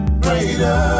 greater